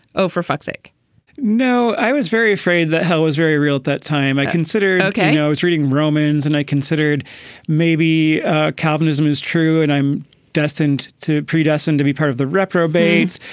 oh, for fuck's sake no. i was very afraid that he was very real at that time. i considered okay. i was reading romans and i considered maybe calvinism is true and i'm destined to pre-destined to be part of the reprobates.